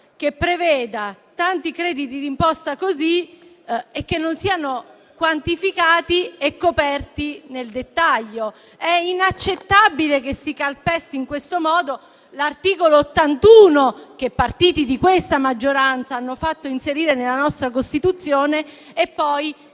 che preveda così tanti crediti d'imposta che non siano quantificati e coperti nel dettaglio. È inaccettabile che si calpesti in questo modo l'articolo 81, che partiti di questa maggioranza hanno fatto inserire nella nostra Costituzione e poi